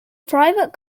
private